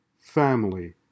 family